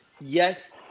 Yes